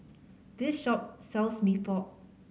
this shop sells Mee Pok